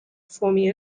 forming